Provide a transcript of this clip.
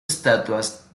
estatuas